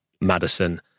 Madison